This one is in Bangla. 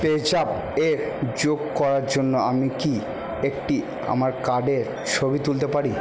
পেজ্যাপ এ যোগ করার জন্য আমি কি একটি আমার কার্ডের ছবি তুলতে পারি